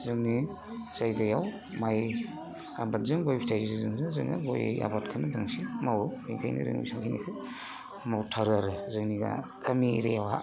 जोंनि जायगायाव माइ आबादजों गय फिथाइजों जोङो गय आबादखोनो बांसिन मावो इखायनो जों सोलिनो मावथारो आरो जोंनि गामि एरियाआवहा